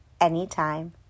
anytime